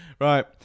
Right